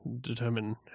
determine